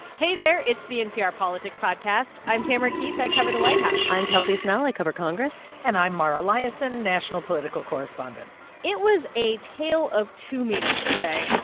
hey there. it's the npr politics podcast. i'm tamara keith. i cover the white house i'm kelsey snell. i cover congress and i'm mara liasson, national political correspondent it was a tale of two meetings today.